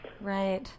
Right